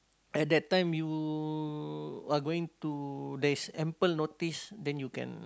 at that time you are going to there's ample notice then you can